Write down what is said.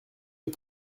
des